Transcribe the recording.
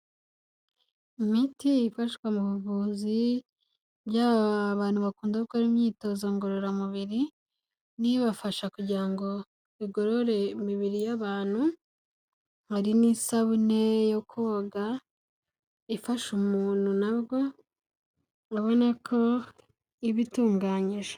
Imiti ifashwa mu buvuzi by'abantu bakunda gukora imyitozo ngororamubiri n'ibafasha kugira ngo igorore imibiri y'abantu hari n'isabune yo koga ifasha umuntu nabwo urabona ko iba itunganyije.